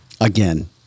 again